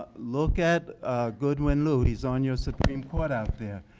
look at goodwin liu, he's on you're supreme court out there.